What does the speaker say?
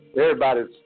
Everybody's